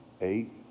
eight